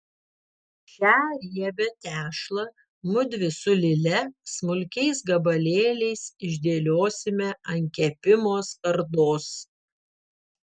šią riebią tešlą mudvi su lile smulkiais gabalėliais išdėliosime ant kepimo skardos